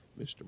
Mr